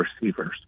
receivers